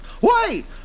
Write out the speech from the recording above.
Wait